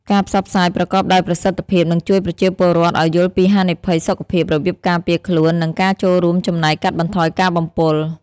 ការផ្សព្វផ្សាយប្រកបដោយប្រសិទ្ធភាព នឹងជួយប្រជាពលរដ្ឋឱ្យយល់ពីហានិភ័យសុខភាព របៀបការពារខ្លួន និងការចូលរួមចំណែកកាត់បន្ថយការបំពុល។